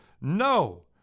No